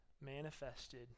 manifested